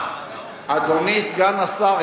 אדוני סגן השר,